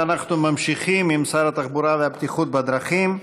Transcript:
אנחנו ממשיכים עם שר התחבורה והבטיחות בדרכים.